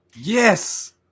Yes